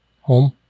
Home